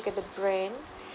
look at the brand